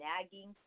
nagging